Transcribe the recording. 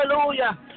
hallelujah